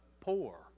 poor